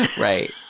right